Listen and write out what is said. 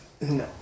No